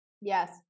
Yes